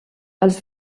els